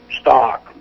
stock